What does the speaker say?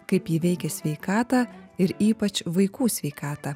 kaip ji veikia sveikatą ir ypač vaikų sveikatą